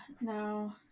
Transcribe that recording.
No